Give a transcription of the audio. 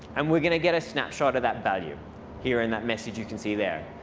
um we're going to get a snapshot of that value here in that message you can see there.